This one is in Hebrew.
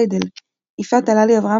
באתר טיידל יפעת הללי אברהם,